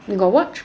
you got watch